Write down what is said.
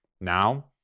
Now